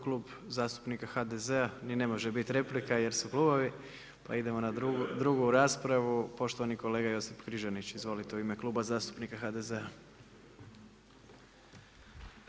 Klub zastupnika HDZ-a ni ne može biti replika jer su klubovi pa idemo na drugu raspravu poštovani kolega Josip Križanić u ime Kluba zastupnika HDZ-a.